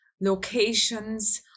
locations